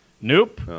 Nope